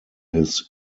his